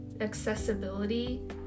accessibility